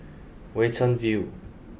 Watten View